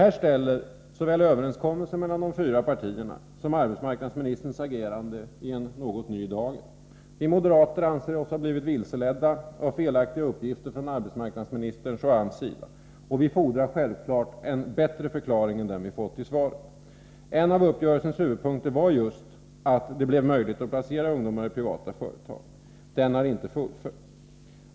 Detta ställer såväl överenskommelsen mellan de fyra partierna som arbetsmarknadsministerns agerande i en ny dager. Vi moderater anser oss ha blivit vilseledda av felaktiga uppgifter från arbetsmarknadsministerns och AMS sida, och vi fordrar självfallet en bättre förklaring än den vi har fått i svaret. En av uppgörelsens huvudpunkter var just att det blev möjligt att placera ungdomarna i privata företag. Den delen av uppgörelsen har inte fullföljts.